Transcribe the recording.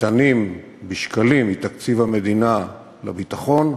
הניתנים בשקלים מתקציב המדינה לביטחון,